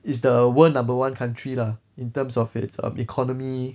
is the world number one country lah in terms of its economy